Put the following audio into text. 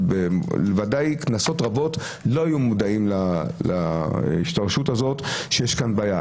ודאי כנסות רבות לא היו מודעים להשתרשות הזאת שיש כאן בעיה.